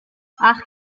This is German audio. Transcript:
ach